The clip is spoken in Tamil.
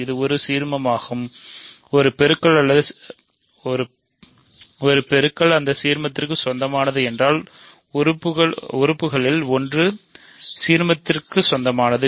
இது ஒரு சீர்மமாகும் ஒரு பெருக்கல் அந்த சீர்மத்திற்கு சொந்தமானது என்றால் உறுப்புகளில் ஒன்று சீர்மத்திற்கு சொந்தமானது